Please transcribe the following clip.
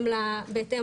בהתאם